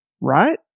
right